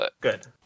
Good